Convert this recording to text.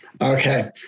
Okay